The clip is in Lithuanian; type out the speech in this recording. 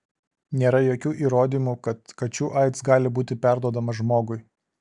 nėra jokių įrodymų kad kačių aids gali būti perduodamas žmogui